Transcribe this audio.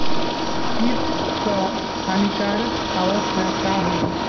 कीट क हानिकारक अवस्था का होला?